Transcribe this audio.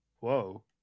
Whoa